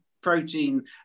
protein